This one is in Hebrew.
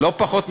לא פחות מחמש.